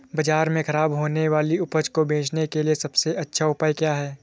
बाजार में खराब होने वाली उपज को बेचने के लिए सबसे अच्छा उपाय क्या है?